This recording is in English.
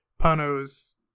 Pano's